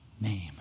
name